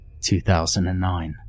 2009